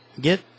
get